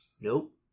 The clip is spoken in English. Nope